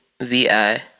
V-I